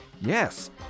Yes